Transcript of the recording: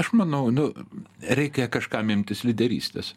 aš manau nu reikia kažkam imtis lyderystės